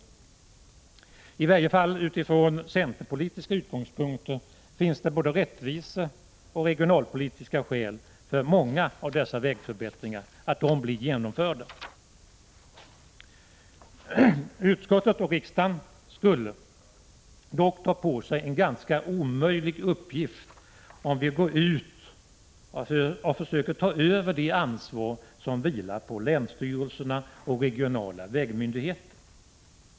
I varje fall utifrån centerpolitiska utgångspunkter finns det både rättvisepolitiska och regionalpolitiska skäl för att många av dessa vägförbättringar blir genomförda. Utskottet och riksdagen skulle dock ta på sig en omöjlig uppgift om vi går ut och försöker ta över det ansvar som vilar på länsstyrelserna och på regionala vägmyndigheter.